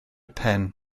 pen